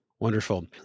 Wonderful